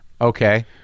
Okay